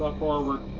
like foreword.